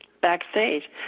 Backstage